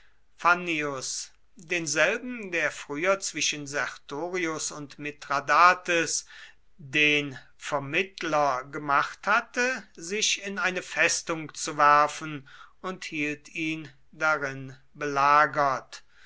fannius denselben der früher zwischen sertorius und mithradates den vermittler gemacht hatte sich in eine festung zu werfen und hielt ihn darin belagert